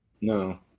No